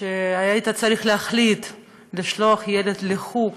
שהיית צריך להחליט אם לשלוח ילד לחוג